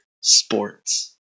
Sports